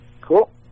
Cool